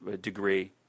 degree